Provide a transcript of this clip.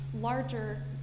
larger